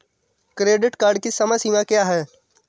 Credit card की समय सीमा क्या है?